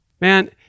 man